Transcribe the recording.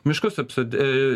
miškus apsod ė